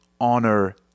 honor